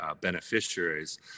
beneficiaries